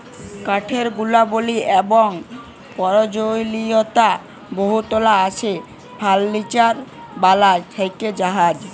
কাঠের গুলাবলি এবং পরয়োজলীয়তা বহুতলা আছে ফারলিচার বালাল থ্যাকে জাহাজ